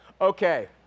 Okay